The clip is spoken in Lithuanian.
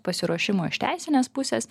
pasiruošimo iš teisinės pusės